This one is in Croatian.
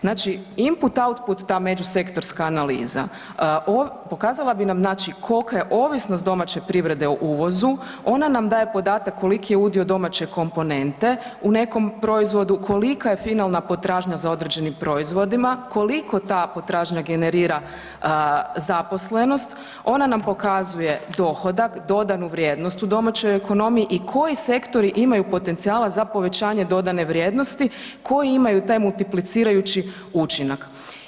Znači input, output ta međusektorska analiza pokazala bi nam kolika je ovisnost domaće privrede o uvozu, ona nam daje podatak koliki je udio domaće komponente u nekom proizvodu, kolika je finalna potražnja za određenim proizvodima, koliko ta potražnja generira zaposlenost, ona nam pokazuje dohodak, dodanu vrijednost u domaćoj ekonomiji i koji sektori imaju potencijala za povećanje dodane vrijednosti, koji imaju taj multiplicirajući učinak.